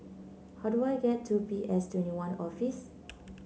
how do I get to P S Twenty One Office